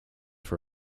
for